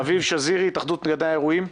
אביב שזירי, התאחדות גני האירועים.